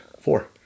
four